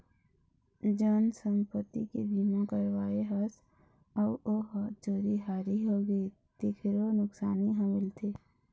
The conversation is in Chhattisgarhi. जेन संपत्ति के बीमा करवाए हस अउ ओ ह चोरी हारी होगे तेखरो नुकसानी ह मिलथे